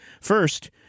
First